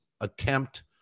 attempt